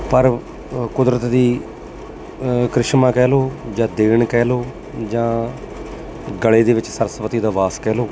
ਪਰ ਕੁਦਰਤ ਦਾ ਕ੍ਰਿਸ਼ਮਾ ਕਹਿ ਲਓ ਜਾਂ ਦੇਣ ਕਹਿ ਲਓ ਜਾਂ ਗਲੇ ਦੇ ਵਿੱਚ ਸਰਸਵਤੀ ਦਾ ਵਾਸ ਕਹਿ ਲਓ